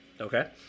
Okay